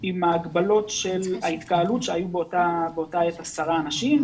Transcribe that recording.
עם ההגבלות של ההתקהלות שבאותה עת היו של 10 אנשים,